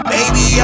Baby